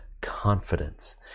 confidence